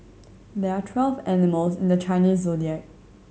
there are twelve animals in the Chinese Zodiac